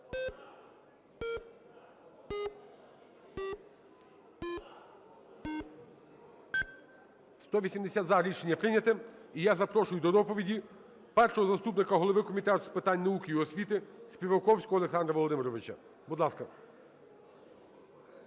За-180 Рішення прийнято. І я запрошую до доповіді першого заступника голови Комітету з питань науки і освіти Співаковського Олександра Володимировича. Будь ласка.